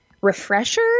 refresher